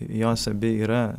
jos abi yra